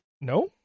No